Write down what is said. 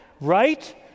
right